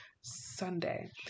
Sunday